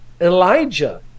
Elijah